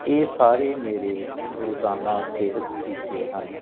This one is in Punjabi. ਇਹ ਸਾਰੇ ਮੇਰੇ ਰੋਜ਼ਾਨਾ ਸਿਹਤ ਟੀਚੇ ਹਨ